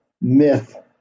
myth